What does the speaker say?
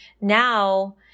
Now